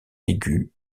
aigu